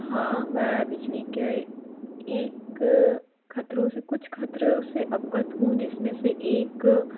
हाँ मैं बिजली के एक खतरों से कुछ खतरों से अवगत हूँ जिस में से एक